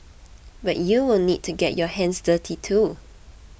but you will need to get your hands dirty too